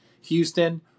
Houston